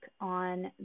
on